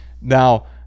Now